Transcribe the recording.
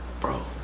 bro